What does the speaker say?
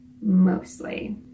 Mostly